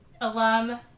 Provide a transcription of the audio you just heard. alum